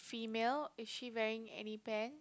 female is she wearing any pant